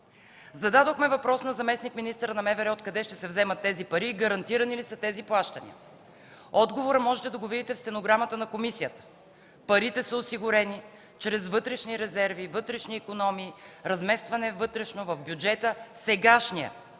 Зададохме въпрос на заместник-министъра на МВР откъде ще се вземат тези пари и гарантирани ли са тези плащания? Отговорът може да го видите в стенограмата на комисията. Парите са осигурени чрез вътрешни резерви, вътрешни икономии, вътрешно разместване в сегашния